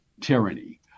tyranny